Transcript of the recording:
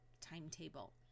timetable